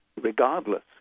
regardless